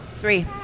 three